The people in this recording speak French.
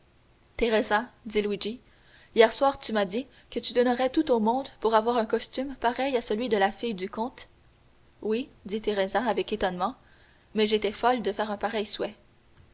teresa dit luigi hier soir tu m'as dit que tu donnerais tout au monde pour avoir un costume pareil à celui de la fille du comte oui dit teresa avec étonnement mais j'étais folle de faire un pareil souhait